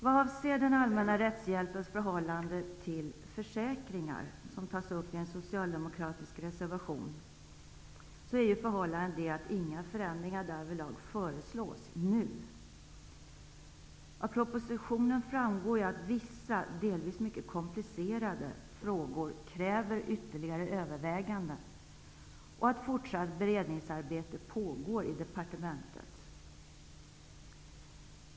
Vad avser den allmänna rättshjälpens förhållande till försäkringar, som tas upp i en socialdemokratisk reservation, är ju förhållandet det att inga förändringar därvidlag föreslås nu. Av propositionen framgår att vissa, delvis mycket komplicerade, frågor kräver ytterligare överväganden och att fortsatt beredningsarbete pågår i departementet.